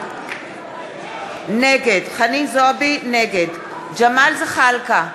נגד ג'מאל זחאלקה,